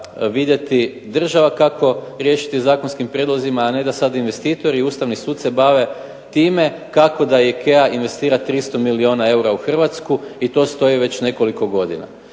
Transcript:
vidjeti država kako to riješiti zakonskim prijedlozima a ne sada da investitori i Ustavni sud se bave time kako da Ikea investira 300 milijuna eura u Hrvatsku i to stoji već nekoliko godina.